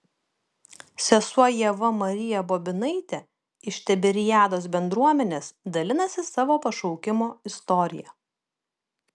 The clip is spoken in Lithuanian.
sesuo ieva marija bobinaitė iš tiberiados bendruomenės dalinasi savo pašaukimo istorija